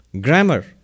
grammar